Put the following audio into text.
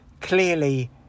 clearly